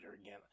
again